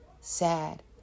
sad